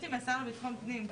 אתם,